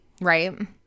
right